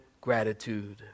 gratitude